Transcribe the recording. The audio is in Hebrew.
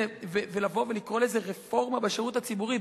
לבוא ולקרוא לזה רפורמה בשירות הציבורי,